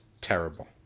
terrible